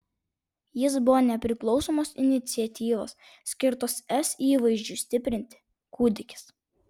jis buvo nepriklausomos iniciatyvos skirtos es įvaizdžiui stiprinti kūdikis